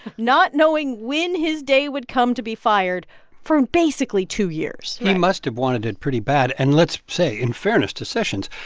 not knowing when his day would come to be fired for basically two years he must have wanted it pretty bad. and let's say, in fairness to sessions,